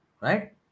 right